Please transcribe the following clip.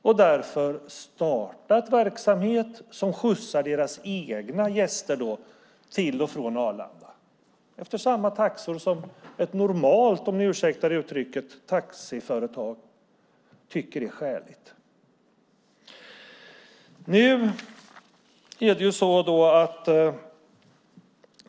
De har därför startat en verksamhet med förare som skjutsar deras egna gäster till och från Arlanda efter samma taxor som ett normalt, om ni ursäktar uttrycket, taxiföretag tycker är skäliga.